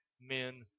men